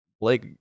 Blake